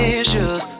issues